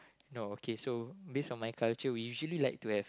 no okay so based on my culture we usually like to have